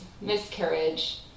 miscarriage